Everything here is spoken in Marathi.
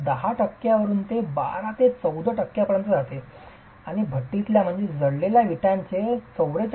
तर 10 टक्क्यांवरून ते 12 ते 14 टक्क्यांपर्यंत जाते आणि जळलेल्या विटांचे 44